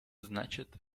значит